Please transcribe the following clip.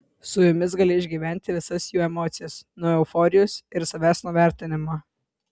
su jomis gali išgyventi visas jų emocijas nuo euforijos ir savęs nuvertinimo